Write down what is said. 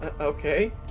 Okay